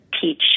teach